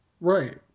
Right